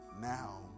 now